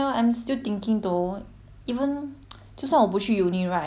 even 就算我不去 uni right 现在我觉得找工作也很难 though